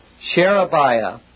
Sherebiah